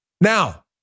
Now